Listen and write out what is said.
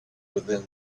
within